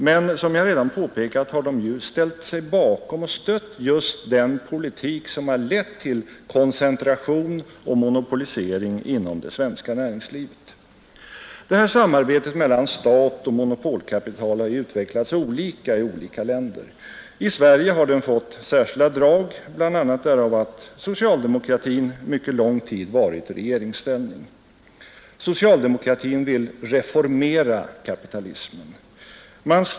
Men som jag redan påpekat har de ställt sig bakom och stött just den politik som har lett till koncentration och monopolisering inom det svenska näringslivet. Samarbetet mellan stat och monopolkapital har utvecklats olika i olika länder. I Sverige har den fått särskilda drag bl.a. därav att socialdemokratin under mycket lång tid har varit i regeringsställning. Socialdemokratin vill reformera kapitalismen.